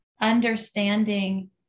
understanding